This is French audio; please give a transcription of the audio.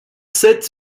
sept